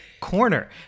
corner